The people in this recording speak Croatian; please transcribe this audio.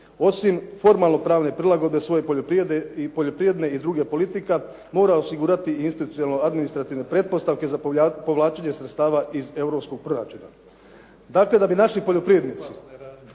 osim formalno pravne prilagodbe svoje poljoprivrede i poljoprivredne i drugih politika mora osigurati i institucionalno administrativne pretpostavke za povlačenje sredstava iz europskog proračuna. Dakle, da bi naši poljoprivrednici